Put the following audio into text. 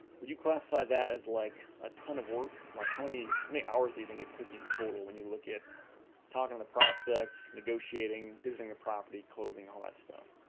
would you classify that as like a ton of work? like how many many hours do you think it took you totally when you look talking the prospect, negotiating, visiting the property, closing all that stuff.